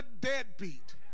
deadbeat